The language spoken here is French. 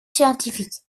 scientifique